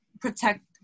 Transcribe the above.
protect